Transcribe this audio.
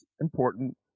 important